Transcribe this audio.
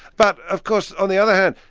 but of course on the other hand,